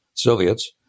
Soviets